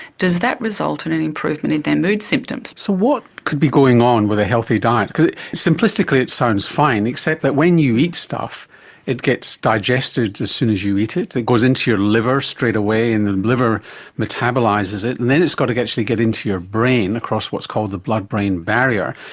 does that result in an improvement in their mood symptoms? so what could be going on with a healthy diet? because simplistically it sounds fine, except that when you eat stuff it gets digested as soon as you eat it, it goes into your liver straight away, and the liver metabolises it and then it's got to actually get into your brain across what's called the blood-brain barrier.